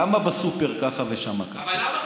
למה בסופר ככה ושמה ככה,